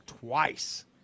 twice